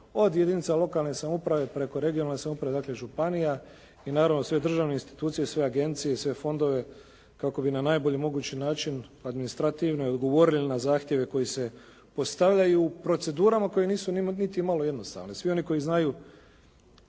od jedinica lokalne samouprave preko regionalne samouprave, dakle županija i naravno sve državne institucije i sve agencije i sve fondove kako bi na najbolji mogući način administrativno odgovorili na zahtjeve koji se postavljaju u procedurama koje nisu nimalo jednostavne. Svi oni koji znaju